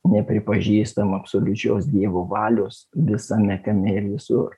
nepripažįstam absoliučios dievo valios visame kame ir visur